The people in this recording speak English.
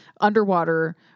underwater